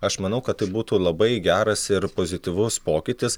aš manau kad tai būtų labai geras ir pozityvus pokytis